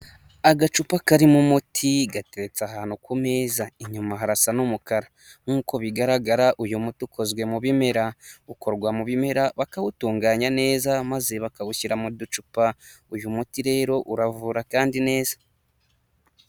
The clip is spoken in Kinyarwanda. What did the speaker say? Agacupa karimo umuti gateretse ahantu ku meza inyuma harasa n'umukara nk'uko bigaragara uyu muti ukozwe mu bimera ukorwa mu bimera bakawutunganya neza maze bakawushyira mu ducupa uyu muti rero uravura kandi neza.